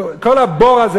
כל הבור הזה,